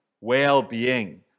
well-being